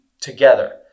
together